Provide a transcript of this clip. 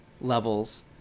levels